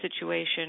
situation